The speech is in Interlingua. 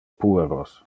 pueros